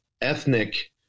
ethnic